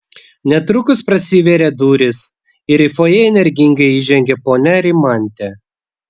netrukus prasivėrė durys ir į fojė energingai įžengė ponia rimantė